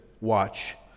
watch